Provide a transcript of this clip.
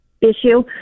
issue